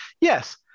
yes